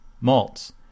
malts